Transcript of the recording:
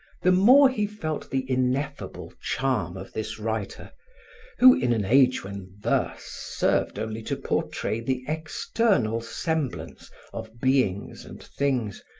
the more he felt the ineffable charm of this writer who, in an age when verse served only to portray the external semblance of beings and things,